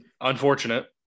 Unfortunate